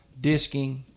disking